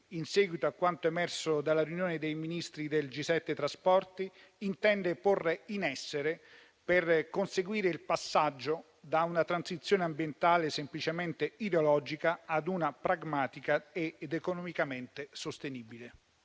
in seguito a quanto emerso dal G7 dei Ministri dei trasporti, per conseguire il passaggio da una transizione ambientale semplicemente ideologica ad una pragmatica ed economicamente sostenibile.